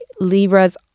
Libra's